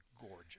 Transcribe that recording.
gorgeous